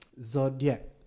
Zodiac